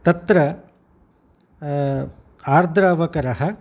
तत्र आर्द्र अवकरः